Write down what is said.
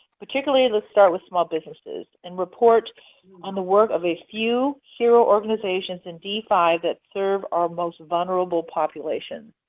particularly, let's start with small businesses and report on the work of a few hero organizations in d five that serve our most vulnerable populations.